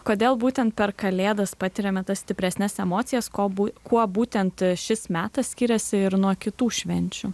kodėl būtent per kalėdas patiriame tas stipresnes emocijas ko bu kuo būtent šis metas skiriasi ir nuo kitų švenčių